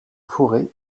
forêts